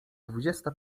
dwudziesta